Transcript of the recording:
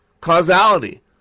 Causality